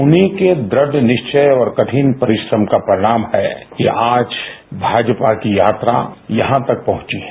उन्हीं के दुढ़ निश्चय और कठिन परिश्रम का परिणाम है कि आज भाजपा की यात्रा यहां तक पहुंची है